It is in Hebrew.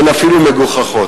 והן אפילו מגוחכות.